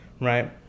right